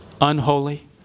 unholy